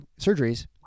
surgeries